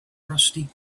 rusty